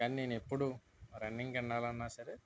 కానీ నేను ఎప్పుడు రన్నింగ్కు వెళ్ళాలన్నా సరే